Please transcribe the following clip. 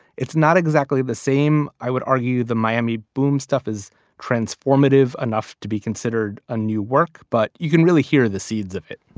it's not exactly the same. i would argue the miami boom stuff is transformative enough to be considered a new work, but you can really hear the seeds of it